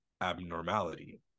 abnormality